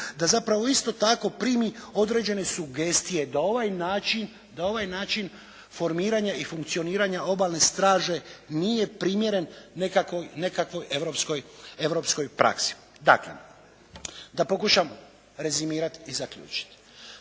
da zapravo isto tako primi određene sugestije da ovaj način formiranja i funkcioniranja obalne straže nije primjeren nekakvoj europskoj praksi. Dakle, da pokušam rezimirati i zaključiti.